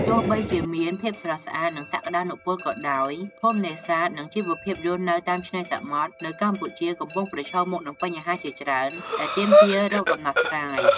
ទោះបីជាមានភាពស្រស់ស្អាត និងសក្តានុពលក៏ដោយ ភូមិនេសាទ និងជីវភាពរស់នៅតាមឆ្នេរសមុទ្រនៅកម្ពុជាកំពុងប្រឈមមុខនឹងបញ្ហាជាច្រើនដែលទាមទាររកដំណោះស្រាយ។